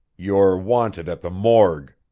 you're wanted at the morgue.